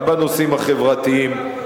גם בנושאים החברתיים,